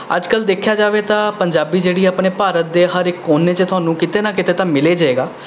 ਅੱਜ ਕੱਲ ਦੇਖਿਆ ਜਾਵੇ ਤਾਂ ਪੰਜਾਬੀ ਜਿਹੜੀ ਹੈ ਆਪਣੇ ਭਾਰਤ ਦੇ ਹਰ ਇੱਕ ਕੋਨੇ 'ਚ ਤੁਹਾਨੂੰ ਕਿਤੇ ਨਾ ਕਿਤੇ ਤਾਂ ਮਿਲ ਹੀ ਜਾਏਗਾ